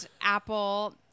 apple